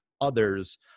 others